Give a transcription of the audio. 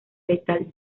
letal